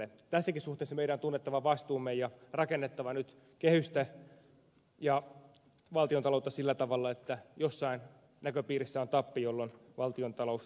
tässäkin suhteessa meidän on tunnettava vastuumme ja rakennettava nyt kehystä ja valtiontaloutta sillä tavalla että jossain näköpiirissä on tappi jolloin valtiontalous tasapainottuu